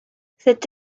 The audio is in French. cette